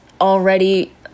already